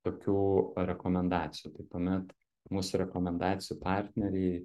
tokių rekomendacijų tai tuomet mūsų rekomendacijų partneriai